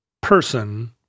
person